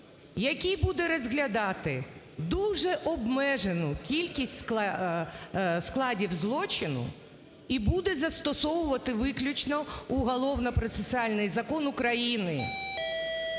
який буде розглядати дуже обмежену кількість складів злочину і буде застосовувати виключноуголовно-процесуальний закон України.